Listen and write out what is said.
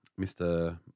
Mr